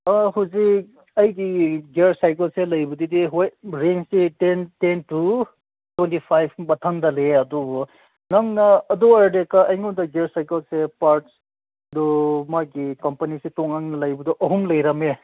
ꯍꯧꯖꯤꯛ ꯑꯩꯒꯤ ꯒꯤꯌꯥꯔ ꯁꯥꯏꯀꯜꯁꯦ ꯂꯩꯕꯗꯗꯤ ꯍꯣꯏ ꯔꯦꯟꯖꯁꯤ ten ten to twenty five ꯃꯊꯪꯗ ꯂꯩꯌꯦ ꯑꯗꯨꯕꯨ ꯅꯪꯅ ꯑꯗꯨ ꯑꯣꯏꯔꯗꯤ ꯑꯩꯉꯣꯟꯗ ꯒꯤꯌꯥꯔ ꯁꯥꯏꯀꯜꯁꯦ ꯄꯥꯔꯠꯁ ꯑꯗꯨ ꯃꯥꯒꯤ ꯀꯝꯄꯅꯤꯁꯦ ꯇꯣꯡꯉꯥꯟꯅ ꯂꯩꯕꯗꯣ ꯑꯍꯨꯝ ꯂꯩꯔꯝꯃꯦ